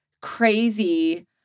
crazy